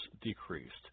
decreased